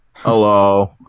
hello